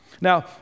Now